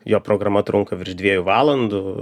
jo programa trunka virš dviejų valandų